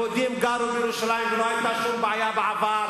יהודים גרו בירושלים ולא היתה שום בעיה בעבר.